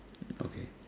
okay